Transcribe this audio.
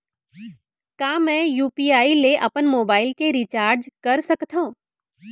का मैं यू.पी.आई ले अपन मोबाइल के रिचार्ज कर सकथव?